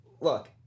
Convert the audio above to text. look